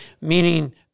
meaning